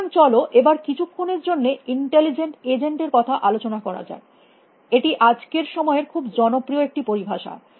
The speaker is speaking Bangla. সুতরাং চলো এবার কিছু ক্ষণের জন্য ইন্টেলিজেন্ট এজেন্ট এর কথা আলোচনা করা যাক এটি আজকের সময়ের খুব জনপ্রিয় একটি পরিভাষা